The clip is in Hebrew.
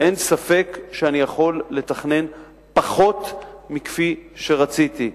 אין ספק שאני יכול לתכנן פחות מכפי שרציתי.